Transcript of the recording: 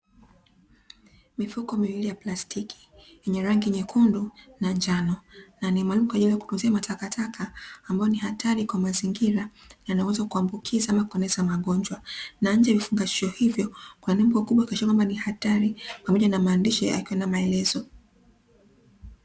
Mifuko miwili ya plastiki yenye rangi nyekundu na njano, na ni maalumu kwa ajili ya kutunzia matakataka ambayo ni hatari kwa mazingira. Yanaweza kuambukiza ama kueneza magonjwa, na nje ya vifungashio hivyo kuna nembo kubwa kuonyesha kwamba ni hatari, pamoja na maandishi yakiwa na maelezo.